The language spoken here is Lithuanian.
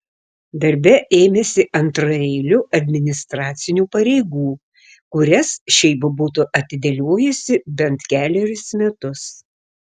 darbe ėmėsi antraeilių administracinių pareigų kurias šiaip būtų atidėliojusi bent kelerius metus